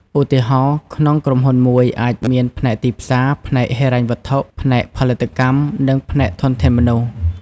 ឧទាហរណ៍ ក្នុងក្រុមហ៊ុនមួយអាចមានផ្នែកទីផ្សារ ផ្នែកហិរញ្ញវត្ថុ ផ្នែកផលិតកម្ម និងផ្នែកធនធានមនុស្ស។